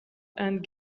and